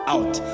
Out